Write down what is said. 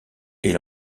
est